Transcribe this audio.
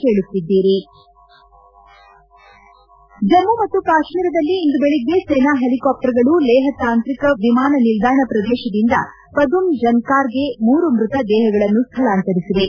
ದ್ರೇಕ್ ಜಮ್ನು ಮತ್ತು ಕಾಶ್ಮೀರದಲ್ಲಿ ಇಂದು ಬೆಳಗ್ಗೆ ಸೇನಾ ಹೆಲಿಕಾಪ್ಟರ್ ಗಳು ಲೆಹ್ ತಾಂತ್ರಿ ವಿಮಾನ ನಿಲ್ದಾಣ ಪ್ರದೇಶಿಂದ ಪದುಮ್ ಜನ್ನಾರ್ಗೆ ಮೂರು ಮೃತ ದೇಹಗಳನ್ನು ಸ್ವಳಾಂತರಿಸಿವೆ